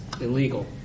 illegal